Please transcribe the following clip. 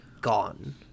gone